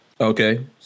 Okay